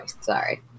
sorry